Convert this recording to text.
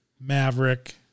maverick